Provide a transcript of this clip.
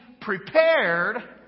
prepared